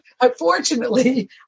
Unfortunately